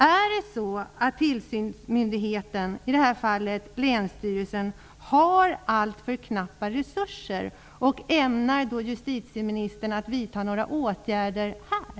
Är det så att tillsynsmyndigheten, i detta fall länsstyrelsen, har alltför knappa resurser? Ämnar justitieministern vidta några åtgärder här?